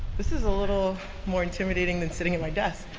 this is a little more intimidating than sitting at my desk.